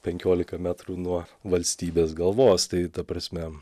penkiolika metrų nuo valstybės galvos tai ta prasme